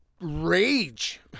rage